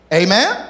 amen